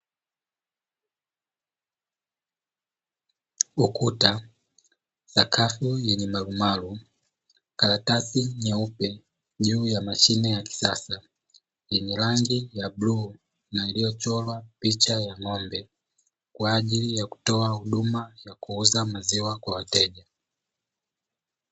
Ukuta sakafu yenye marumaru, karatasi nyeupe, juu ya machine ya kisasa yenye rangi ya bluu na iliyochorwa picha ya ng'ombe kwa ajili ya kutoa huduma ya kuuza maziwa kwa wateja.